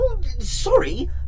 Sorry